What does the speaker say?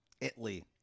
Italy